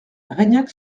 reignac